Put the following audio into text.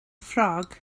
ffrog